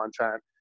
content